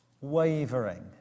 wavering